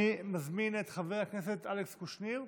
אני מזמין את חבר הכנסת אלכס קושניר,